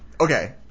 okay